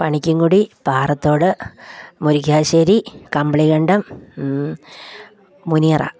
Panikkankudi Parathodu Murikkassery Kambilikandam Muniyara